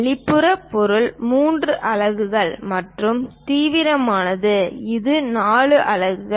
வெளிப்புற பொருள் 3 அலகுகள் மற்றும் தீவிரமானது இது 4 அலகுகள்